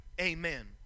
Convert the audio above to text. Amen